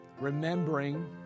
remembering